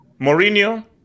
Mourinho